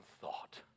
thought